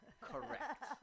Correct